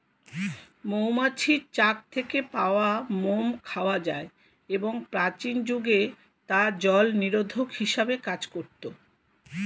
মৌমাছির চাক থেকে পাওয়া মোম খাওয়া যায় এবং প্রাচীন যুগে তা জলনিরোধক হিসেবে কাজ করত